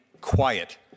quiet